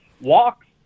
walks